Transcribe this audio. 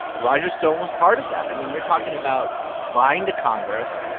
roger stone was part of that. i mean, you're talking about lying to congress,